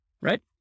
right